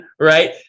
right